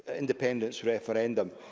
independence referendum,